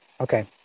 Okay